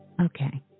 Okay